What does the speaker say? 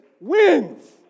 wins